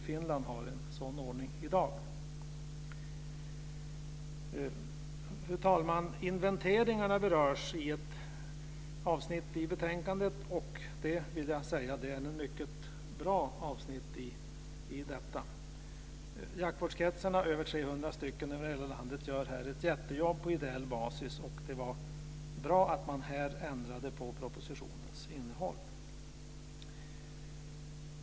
Finland har en sådan ordning i dag. Inventeringarna berörs i ett avsnitt i betänkandet, och jag vill säga att det är ett mycket bra avsnitt. Jaktvårdskretsarna, som är över 300 stycken över hela landet, gör här ett jättejobb på ideell basis. Det är bra att man här har ändrat på propositionens innehåll.